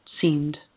seemed